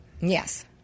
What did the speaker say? Yes